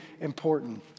important